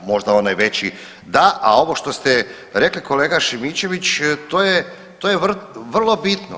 Možda onaj veći da, a ono što ste rekli kolega Šimičević to je vrlo bitno.